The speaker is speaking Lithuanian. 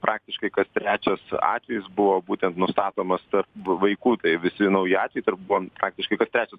praktiškai kas trečias atvejis buvo būtent nustatomas tarp vaikų tai visi nauji atvejai tarp buvo praktiškai kas trečias